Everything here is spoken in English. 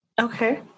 Okay